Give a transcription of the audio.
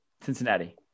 Cincinnati